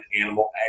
animal